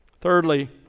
Thirdly